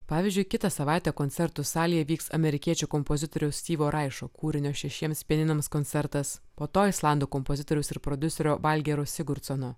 pavyzdžiui kitą savaitę koncertų salėje vyks amerikiečių kompozitoriaus tibo raišo kūrinio šešiems pianinams koncertas po to islandų kompozitoriaus ir prodiuserio valgero sigurtsono